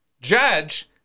Judge